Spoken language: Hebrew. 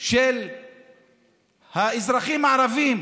של האזרחים הערבים